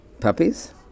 puppies